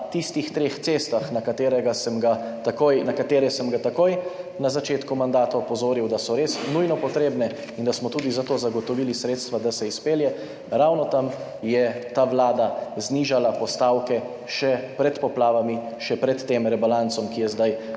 tistih treh cestah, na katere sem ga takoj na začetku mandata opozoril, da so res nujno potrebne in da smo tudi za to zagotovili sredstva, da se izpelje, ravno tam je ta vlada znižala postavke še pred poplavami, še pred tem rebalansom, ki je zdaj